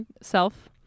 self